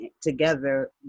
together